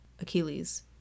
achilles